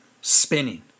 spinning